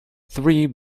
three